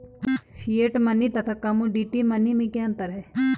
Fiat money तथा commodity money में क्या अंतर है?